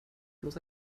bloß